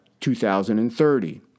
2030